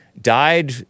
died